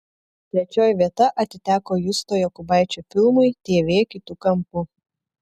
trečioji vieta atiteko justo jokubaičio filmui tv kitu kampu